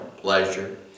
pleasure